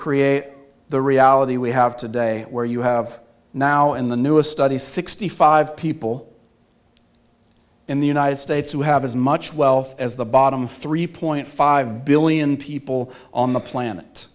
create the reality we have today where you have now in the newest study sixty five people in the united states who have as much wealth as the bottom three point five billion people on the planet